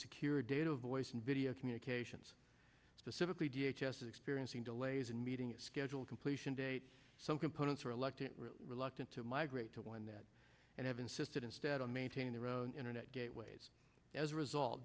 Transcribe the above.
secure data voice and video communications specifically d h s experiencing delays and meeting schedule completion dates some components are reluctant reluctant to migrate to one that have insisted instead on maintaining their own internet gateways as a result